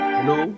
Hello